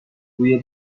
بوی